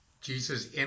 Jesus